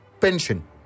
pension